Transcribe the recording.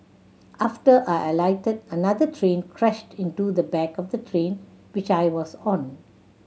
after I alighted another train crashed into the back of the train which I was on